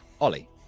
Ollie